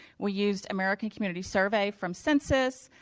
we used american community survey from census.